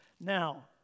Now